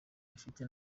bifite